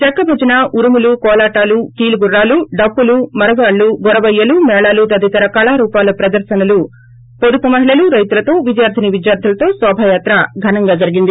చెక్కభజన ఉరుములు కోలాటాలు కీలుగుర్రాలు డప్పులు మరగాళ్ళు గొరవయ్యలు మేళాలు తదితర కళారూపాల ప్రదర్నలతో పాటు పొదుపు మహిళలు రైతులతో విద్యార్ధినీ విద్యార్ధులతో శోభాయాత్ర ఘనంగా సాగింది